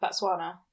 Botswana